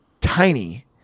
tiny